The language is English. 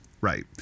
Right